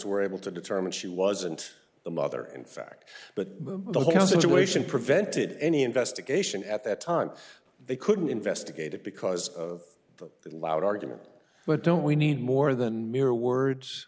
were able to determine she wasn't the mother in fact but the whole situation prevented any investigation at that time they couldn't investigate it because of the loud argument but don't we need more than mere words